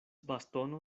bastono